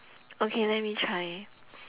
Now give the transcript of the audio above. okay let me try